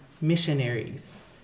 missionaries